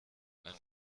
ein